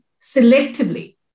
selectively